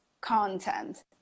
content